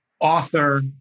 author